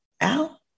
Al